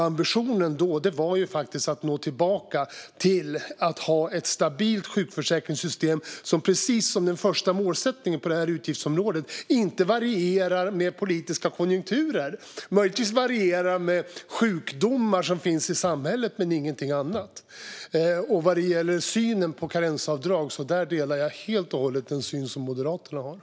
Ambitionen då var att nå tillbaka till att ha ett stabilt sjukförsäkringssystem som, precis som uttrycks i den första målsättningen på det här utgiftsområdet, inte varierar med politiska konjunkturer. Det kan möjligtvis variera med sjukdomar som finns i samhället men inget annat. Vad gäller synen på karensavdrag instämmer jag helt och hållet i Moderaternas syn.